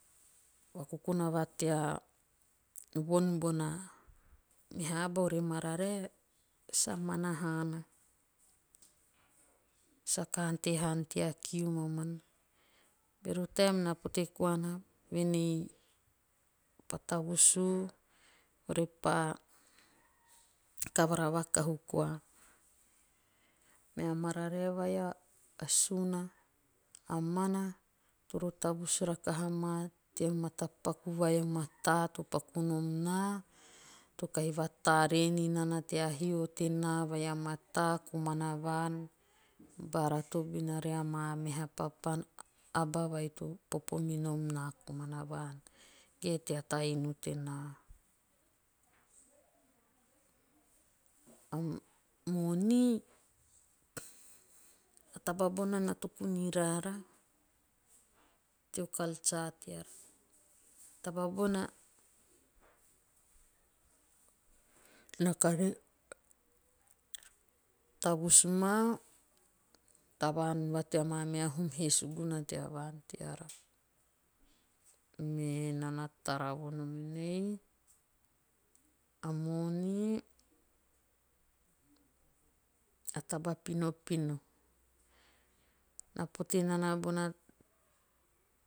Vakokona va tea von bona meha aba ore mararae. sa mana haana. Saka nte haana tea kiu mamani. Bero taem na pote koana vuen ei pa tavusu ore pa kavara vakahu koa. Mea mararae vai a suuna. a mana toro tavus rahaka maa teo matapaku mataa vai to paku nom naa. to kahi vatare ninana tea hio tenaa vai a mataa komana vaan. bara tobina maa meha papana aba vai to popo minom naa komana vaan. ge tea komana ta inu tenaa. A moni. a taba bona na toku noraara. teo'culture'teara. A taba bona na kare tavus maa tavaan va tea maa meha hum he noma tea maa vaan teara. Menaa na tara vonom enei. a moni a taba pinopino. Na pote nana bona